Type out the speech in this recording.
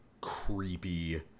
creepy